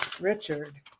Richard